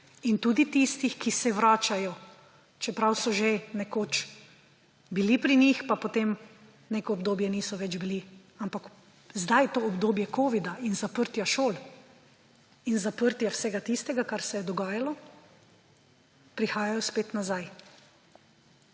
in tudi tistih, ki se vračajo, čeprav so že nekoč bili pri njih, pa potem neko obdobje niso več bili. Ampak zdaj je to obdobje covida in zaprtja šol in zaprtje vsega tistega, kar se je dogajalo, pa prihajajo spet nazaj.